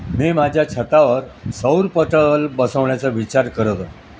मी माझ्या छतावर सौर पटल बसवण्याचा विचार करत